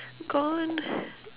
gone